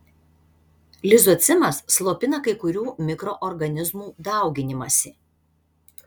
lizocimas slopina kai kurių mikroorganizmų dauginimąsi